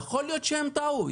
יכול להיות שהם טעו,